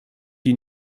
die